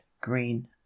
green